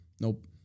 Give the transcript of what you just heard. Nope